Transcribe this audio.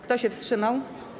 Kto się wstrzymał?